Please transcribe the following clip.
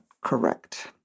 correct